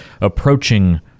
approaching